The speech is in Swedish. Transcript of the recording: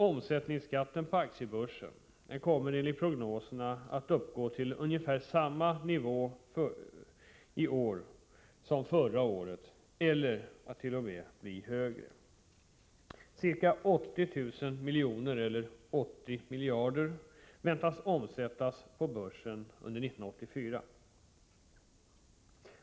Omsättningen på aktiebörsen kommer i år enligt prognoserna att uppgå tili ungefär samma nivå som förra året eller t.o.m. bli högre. Ca 80 000 milj.kr. väntas omsättas på börsen under 1984.